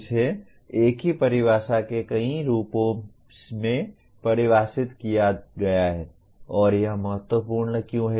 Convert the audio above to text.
इसे एक ही परिभाषा के कई रूपों में परिभाषित किया गया है और यह महत्वपूर्ण क्यों है